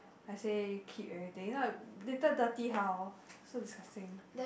I say keep everything if not later dirty how so disgusting